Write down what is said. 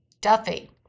Duffy